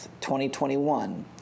2021